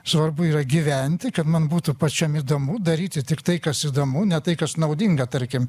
svarbu yra gyventi kad man būtų pačiam įdomu daryti tiktai kas įdomu ne tai kas naudinga tarkim